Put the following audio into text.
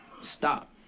Stop